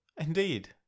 Indeed